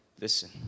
Listen